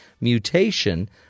mutation